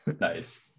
nice